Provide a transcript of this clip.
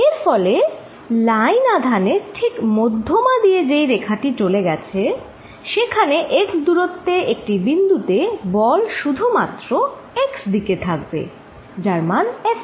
এর ফলে লাইন আধানের ঠিক মধ্যমা দিয়ে যে রেখাটি চলে গেছে সেখানে x দূরত্বে একটি বিন্দুতে বল শুধুমাত্র x দিকে থাকবে যার মান Fx